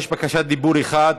יש בקשת דיבור אחת.